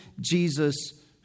Jesus